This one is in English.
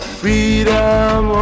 freedom